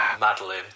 Madeline